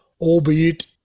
albeit